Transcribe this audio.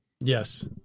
Yes